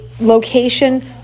location